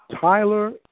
Tyler